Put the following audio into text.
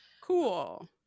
Cool